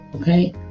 Okay